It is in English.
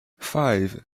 five